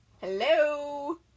Hello